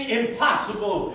impossible